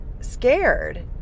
scared